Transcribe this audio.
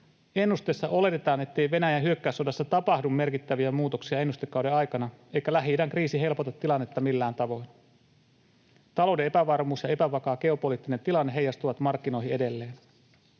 ennusteessa oletetaan, ettei Venäjän hyökkäyssodassa tapahdu merkittäviä muutoksia ennustekauden aikana, eikä Lähi-idän kriisi helpota tilannetta millään tavoin. Talouden epävarmuus ja epävakaa geopoliittinen tilanne heijastuvat markkinoihin edelleen.